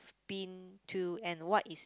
been to and what is